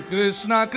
Krishna